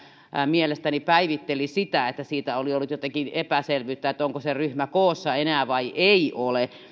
mielestäni päivitteli sitä että oli ollut jotenkin epäselvyyttä siitä onko se ryhmä koossa vielä vai eikö ole